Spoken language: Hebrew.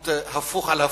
עדיפויות הפוך על הפוך,